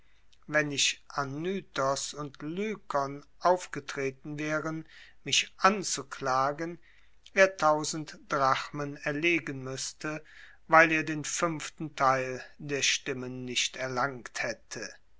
wenn nicht anytos und lykon aufgetreten wären mich anzuklagen er tausend drachmen erlegen müßte weil er den fünften teil der stimmen nicht erlangt hätte